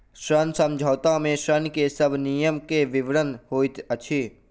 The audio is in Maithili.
ऋण समझौता में ऋण के सब नियम के विवरण होइत अछि